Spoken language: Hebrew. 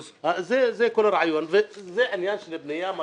זה עניין של בניית קריטריונים,